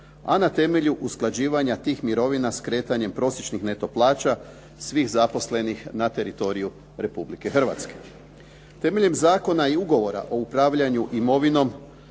a na temelju usklađivanja tih mirovina s kretanjem prosječnih neto plaća svih zaposlenih na teritoriju Republike Hrvatske. Temeljem zakona i ugovora o upravljanju imovinom